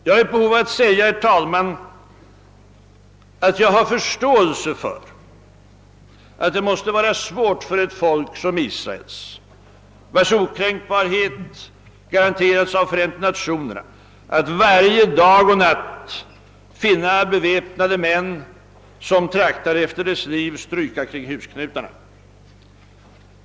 Jag har ett behov av att säga, herr talman, att jag har förståelse för att det måste vara svårt för ett folk som Israels, vars okränkbarhet garanterats av Förenta Nationerna, att varje dag och natt finna beväpnade män som traktar efter dess liv stryka kring husknutarna.